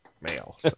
male